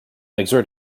exert